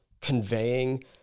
conveying